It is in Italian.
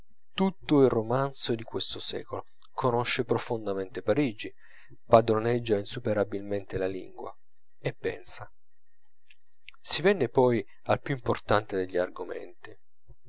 tutto il romanzo di questo secolo conosce profondamente parigi padroneggia insuperabilmente la lingua e pensa si venne poi al più importante degli argomenti